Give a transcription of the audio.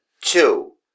Two